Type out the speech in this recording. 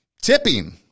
Tipping